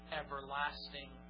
everlasting